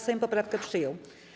Sejm poprawkę przyjął.